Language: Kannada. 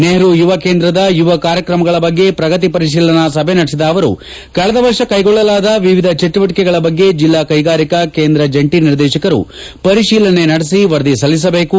ನೆಹರೂ ಯುವಕೇಂದ್ರದ ಯುವ ಕಾರ್ಯಕ್ರಮಗಳ ಬಗ್ಗೆ ಪ್ರಗತಿ ಪರಿತೀಲನಾ ಸಭೆ ನಡೆಸಿದ ಅವರು ಕಳೆದ ವರ್ಷ ಕೈಗೊಳ್ಳಲಾದ ವಿವಿಧ ಚಟುವಟಿಕೆಗಳ ಬಗ್ಗೆ ಜಿಲ್ಲಾ ಕೈಗಾರಿಕಾ ಕೇಂದ್ರ ಜಂಟಿ ನಿರ್ದೇಶಕರು ಪರಿತೀಲನೆ ನಡೆಸಿ ವರದಿ ಸಲ್ಲಿಸಬೇಕು